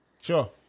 Sure